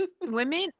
women